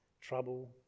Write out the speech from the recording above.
Trouble